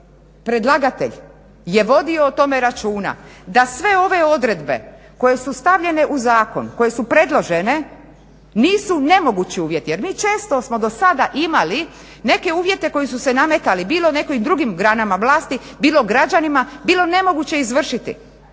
predlagatelj je vodio o tome računa da sve ove odredbe koje su stavljene, koje su predložene nisu nemogući uvjeti, jer mi često smo do sada imali neke uvjete koji su se nametali bilo nekoj drugim granama vlasti, bilo građanima, bilo nemoguće izvršiti.